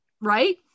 Right